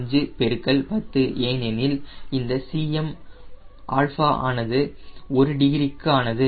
35 பெருக்கல் 10 ஏனெனில் இந்த Cm ஆல்ஃபா ஆனது ஒரு டிகிரிக்கு ஆனது